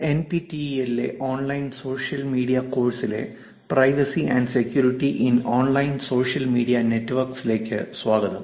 NPTEL ലെ online social media കോഴ്സിലെ privacy and security in online social media networks സ്വാഗതം